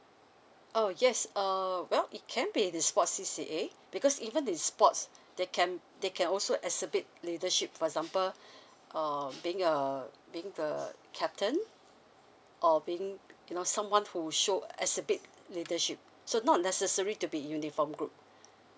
oh yes err well it can be this for C C A because even in sports they can they can also exhibit leadership for example um being a big the captain or being you know someone who show exhibit leadership so not necessary to be uniform group